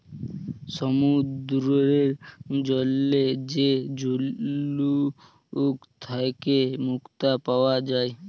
সমুদ্দুরের জলে যে ঝিলুক থ্যাইকে মুক্তা পাউয়া যায়